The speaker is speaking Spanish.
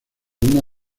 una